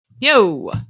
yo